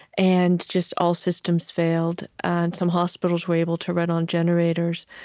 and just all systems failed. and some hospitals were able to run on generators.